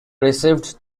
received